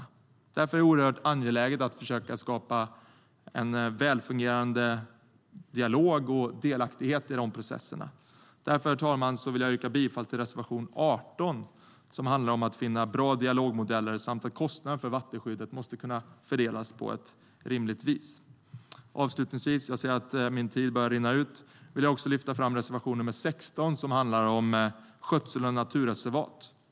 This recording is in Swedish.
Avslutningsvis - jag ser att min talartid börjar rinna ut - vill jag lyfta fram reservation nr 16, som handlar om skötseln av naturreservat.